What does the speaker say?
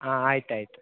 ಹಾಂ ಆಯ್ತು ಆಯಿತು